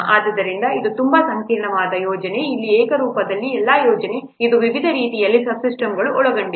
ಆದ್ದರಿಂದ ಇದು ತುಂಬಾ ಸಂಕೀರ್ಣವಾದ ಯೋಜನೆಯಾಗಿದೆ ಇದು ಏಕರೂಪವಲ್ಲ ಯೋಜನೆ ಇದು ವಿವಿಧ ರೀತಿಯ ಸಬ್ ಸಿಸ್ಟಮ್ಗಳನ್ನು ಒಳಗೊಂಡಿದೆ